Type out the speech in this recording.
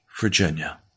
Virginia